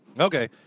Okay